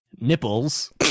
nipples